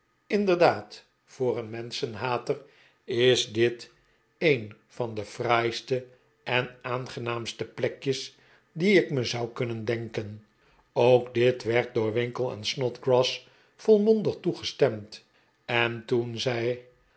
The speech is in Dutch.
mderdaad voor een menschenhater is dit een van de fraaiste en aangenaamste plekjes die ik me zou kunnen denken ook dit werd door winkle en snodgrass volmondig toegestemd en toen zij